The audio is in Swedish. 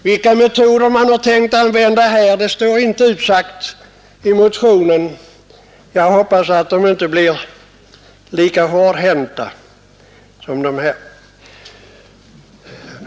Vilka metoder man tänkt använda här står inte utsatt i motionen. Jag hoppas att de inte blir lika hårdhänta som dessa.